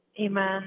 Amen